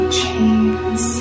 chains